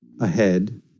ahead